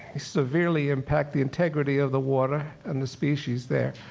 severely impact the integrity of the water and the species there,